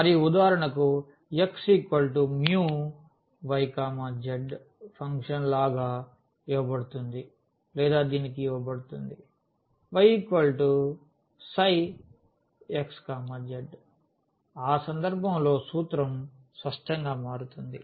మరియు ఉదాహరణకు x μ y z function లాగా ఇవ్వబడుతుంది లేదా దీనికి ఇవ్వబడుతుంది y ψ x z ఆ సందర్భంలో సూత్రం స్పష్టంగా మారుతుంది